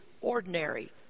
ordinary